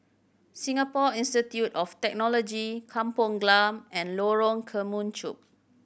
Singapore Institute of Technology Kampong Glam and Lorong Kemunchup